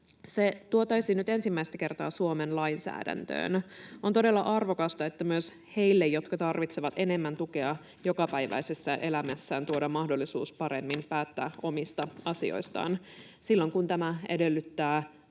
Se tuotaisiin nyt ensimmäistä kertaa Suomen lainsäädäntöön. On todella arvokasta, että myös heille, jotka tarvitsevat enemmän tukea jokapäiväisessä elämässään, tuodaan mahdollisuus paremmin päättää omista asioistaan. Silloin, kun tämä edellyttää